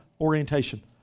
orientation